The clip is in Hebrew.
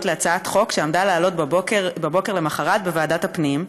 להצעת חוק שעמדה לעלות בבוקר למוחרת בוועדת הפנים,